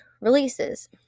releases